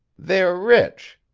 they're rich.